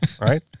right